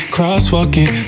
Crosswalking